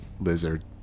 lizard